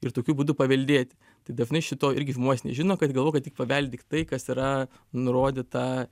ir tokiu būdu paveldėti tai dažnai šito irgi žmonės nežino kad galvoja kad tik paveldi tai kas yra nurodyta